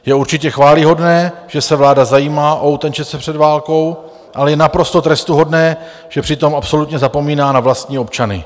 Je určitě chvályhodné, že se vláda zajímá o utečence před válkou, ale je naprosto trestuhodné, že přitom absolutně zapomíná na vlastní občany.